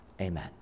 Amen